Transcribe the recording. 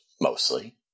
mostly